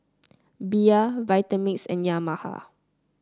Bia Vitamix and Yamaha